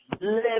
live